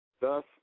Thus